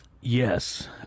Yes